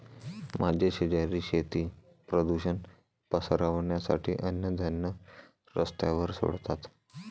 माझे शेजारी शेती प्रदूषण पसरवण्यासाठी अन्नधान्य रस्त्यावर सोडतात